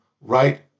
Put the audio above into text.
right